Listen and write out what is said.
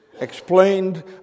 explained